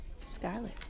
Scarlet